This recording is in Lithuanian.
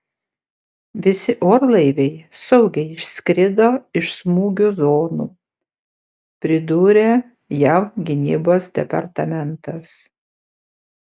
visi orlaiviai saugiai išskrido iš smūgių zonų pridūrė jav gynybos departamentas